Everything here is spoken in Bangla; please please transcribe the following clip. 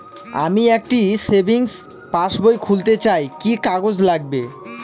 আমি একটি সেভিংস পাসবই খুলতে চাই কি কি কাগজ লাগবে?